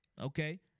okay